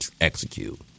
execute